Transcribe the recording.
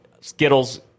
Skittles